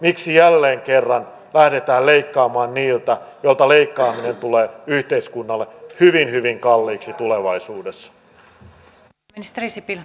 miksi jälleen kerran lähdetään leikkaamaan niiltä joilta leikkaaminen tulee yhteiskunnalle hyvin hyvin kalliiksi tulevaisuudessa